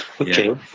Okay